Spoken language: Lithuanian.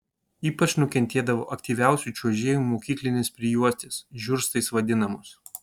ypač nukentėdavo aktyviausių čiuožėjų mokyklinės prijuostės žiurstais vadinamos